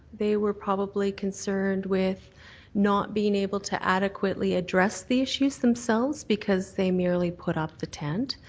they were probably concerned with not being able to adequately address the issues themselves because they merely put up the tent.